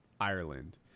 Ireland